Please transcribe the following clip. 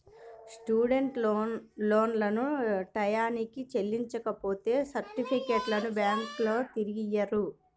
student లోన్లను టైయ్యానికి చెల్లించపోతే సర్టిఫికెట్లను బ్యాంకులోల్లు తిరిగియ్యరు